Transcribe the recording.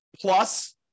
plus